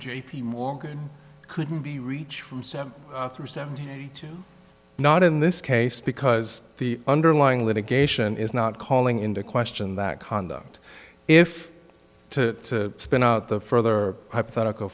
j p morgan couldn't be reached from seven through seventy two not in this case because the underlying litigation is not calling into question that conduct if to spend the further hypothetical